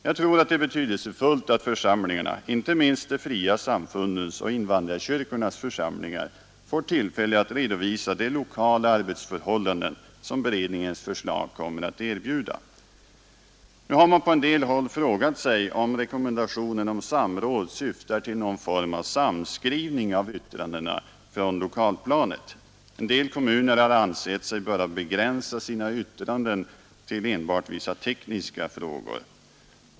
Jag tror att det är betydelsefullt att församlingarna — inte minst de fria samfundens och invandrarkyrkornas församlingar — får tillfälle att redovisa lokala arbetsförhållanden på det sätt som beredningens förslag kommer att erbjuda. Man har på en del håll frågat sig om rekommendationen om samråd syftar till någon form av samskrivning av yttrandena från lokalplanet. En del kommuner har ansett sig böra begränsa sina yttranden till enbart vissa tekniska frågor.